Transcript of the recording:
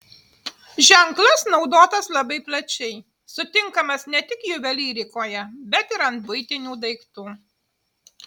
ženklas naudotas labai plačiai sutinkamas ne tik juvelyrikoje bet ir ant buitinių daiktų